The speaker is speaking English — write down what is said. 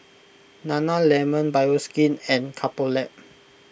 Nana Lemon Bioskin and Couple Lab